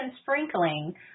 sprinkling